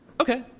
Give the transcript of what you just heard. Okay